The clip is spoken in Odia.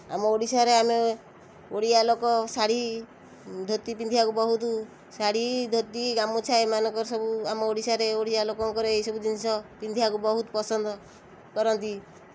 ଆମ ଓଡ଼ିଶାରେ ଆମେ ଓଡ଼ିଆ ଲୋକ ଶାଢ଼ୀ ଧୋତି ପିନ୍ଧିବାକୁ ବହୁତ ଶାଢ଼ୀ ଧୋତି ଗାମୁଛା ଏମାନଙ୍କର ସବୁ ଆମ ଓଡ଼ିଶାରେ ଓଡ଼ିଆ ଲୋକଙ୍କର ଏହି ସବୁ ଜିନିଷ ପିନ୍ଧିବାକୁ ବହୁତ ପସନ୍ଦ କରନ୍ତି